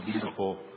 beautiful